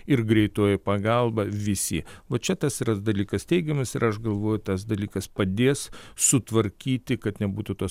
ir greitoji pagalba visi va čia tas ras dalykas teigiamas ir aš galvoju tas dalykas padės sutvarkyti kad nebūtų tos